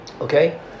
Okay